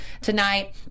tonight